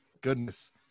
goodness